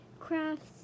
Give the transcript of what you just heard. crafts